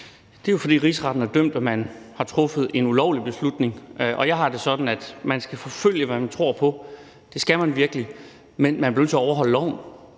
Det er jo, fordi Rigsretten har dømt, at man har truffet en ulovlig beslutning. Jeg har det sådan, at man skal forfølge, hvad man tror på, det skal man virkelig, men man bliver nødt til at overholde loven;